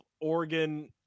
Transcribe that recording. Oregon